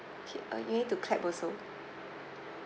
okay uh you need to clap also